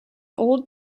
old